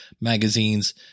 magazines